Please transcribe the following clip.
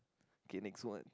okay next one